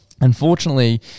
Unfortunately